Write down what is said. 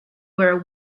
were